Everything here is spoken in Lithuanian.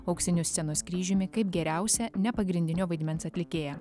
auksiniu scenos kryžiumi kaip geriausia nepagrindinio vaidmens atlikėja